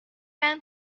man